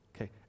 Okay